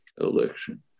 election